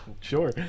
sure